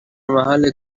محل